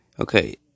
Okay